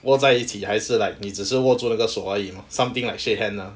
握在一起还是 like 你只是握住那个手而已 mah something like shake hand lah